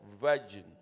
virgin